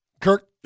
Kirk